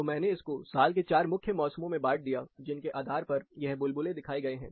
तो मैंने इसको साल के 4 मुख्य मौसमों में बांट दिया जिनके आधार पर यह बुलबुले दिखाए गए हैं